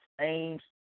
aims